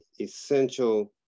essential